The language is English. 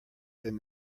then